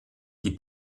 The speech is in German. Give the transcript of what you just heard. die